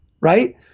right